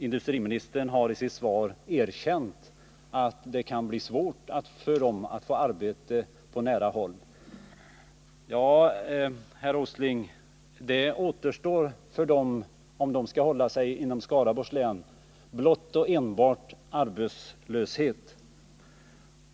Industriministern har i sitt svar erkänt att det kan bli svårt för dem att få arbete på nära håll. Ja, herr Åsling, det återstår för dem, om de skall hålla sig inom Skaraborgs län, blott och bart arbetslöshet.